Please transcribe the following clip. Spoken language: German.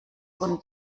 und